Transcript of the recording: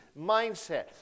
mindset